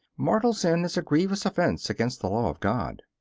mortal sin is a grievous offense against the law of god.